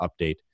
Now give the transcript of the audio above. update